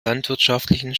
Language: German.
landwirtschaftlichen